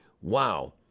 Wow